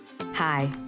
Hi